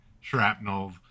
shrapnel